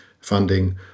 funding